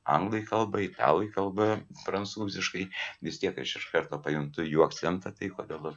anglai kalba italai kalba prancūziškai vis tiek aš iš karto pajuntu jų akcentą tai kodėl